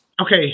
okay